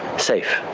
safe.